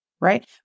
Right